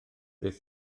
beth